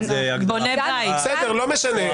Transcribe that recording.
לא חשוב.